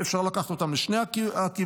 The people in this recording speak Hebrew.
שאפשר לקחת אותם לשני הכיוונים.